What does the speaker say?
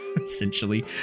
essentially